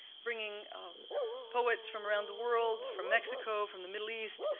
bringing poets from around the world from mexico, from the middle east,